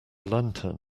lantern